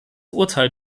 urteil